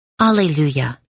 Alleluia